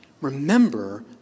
Remember